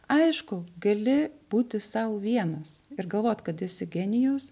aišku gali būti sau vienas ir galvot kad esi genijus